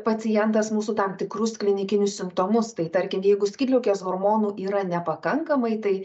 pacientas mūsų tam tikrus klinikinius simptomus tai tarkim jeigu skydliaukės hormonų yra nepakankamai tai